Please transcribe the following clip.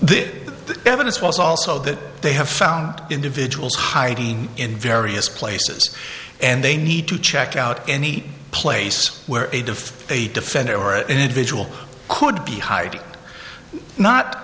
this evidence was also that they have found individuals hiding in various places and they need to check out any place where a diff a defender or individual could be hiding not